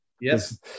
Yes